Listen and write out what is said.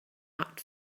not